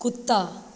कुत्ता